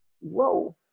whoa